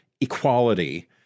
equality